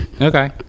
Okay